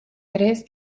tres